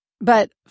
But-